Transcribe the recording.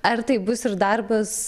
ar tai bus ir darbas